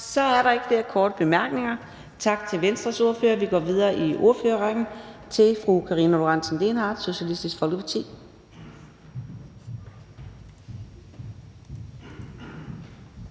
Så er der ikke flere korte bemærkninger. Tak til Venstres ordfører. Vi går videre i ordførerrækken til fru Karina Lorentzen Dehnhardt, Socialistisk Folkeparti.